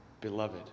Beloved